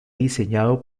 diseñado